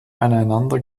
aneinander